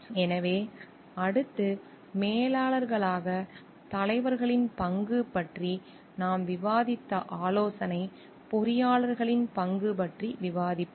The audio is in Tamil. எனவே அடுத்து மேலாளர்களாக தலைவர்களின் பங்கு பற்றி நாம் விவாதித்த ஆலோசனை பொறியாளர்களின் பங்கு பற்றி விவாதிப்போம்